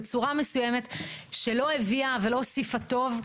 בצורה מסוימת שלא הוסיפה טוב,